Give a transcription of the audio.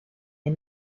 les